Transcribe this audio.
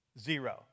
zero